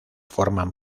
forman